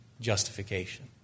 justification